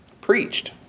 preached